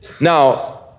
Now